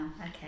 Okay